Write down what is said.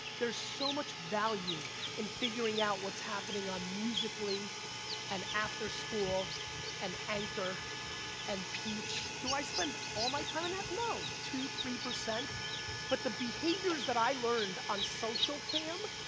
there's so much value in figuring out what's happening on musical and after school and anchor and peach. do i spend all my time in that? no, two, three percent but the behaviors that i learned on socialcam,